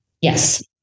yes